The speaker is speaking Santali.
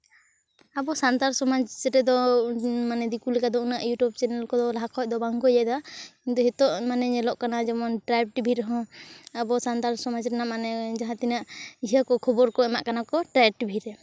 ᱟᱵᱚ ᱥᱟᱱᱛᱟᱲ ᱥᱚᱢᱟᱡᱽ ᱨᱮᱫᱚ ᱢᱟᱱᱮ ᱫᱤᱠᱩ ᱞᱮᱠᱟ ᱫᱚ ᱩᱱᱟᱹᱜ ᱤᱭᱩᱴᱩᱵ ᱪᱮᱱᱮᱞ ᱠᱚ ᱞᱟᱦᱟ ᱠᱷᱚᱡ ᱫᱚ ᱵᱟᱝᱠᱚ ᱤᱭᱟᱹᱭᱫᱟ ᱡᱮᱦᱮᱛᱩ ᱧᱮᱞᱚᱜ ᱠᱟᱱᱟ ᱡᱮᱢᱚᱱ ᱴᱨᱟᱭᱤᱵᱽ ᱴᱤᱵᱷᱤ ᱨᱮᱦᱚᱸ ᱟᱵᱚ ᱥᱟᱱᱛᱟᱲ ᱥᱚᱢᱟᱡᱽ ᱨᱮᱱᱟᱜ ᱢᱟᱱᱮ ᱡᱟᱦᱟᱸᱛᱤᱱᱟᱹᱜ ᱤᱭᱟᱹ ᱠᱚ ᱠᱷᱚᱵᱚᱨ ᱠᱚ ᱮᱢᱟᱜ ᱠᱟᱱᱟ ᱠᱚ ᱴᱨᱟᱭᱤᱵᱽ ᱴᱤᱵᱷᱤ ᱨᱮ